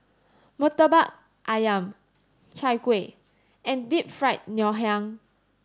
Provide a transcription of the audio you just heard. Murtabak Ayam Chai Kueh and Deep Fried Ngoh Hiang